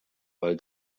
weil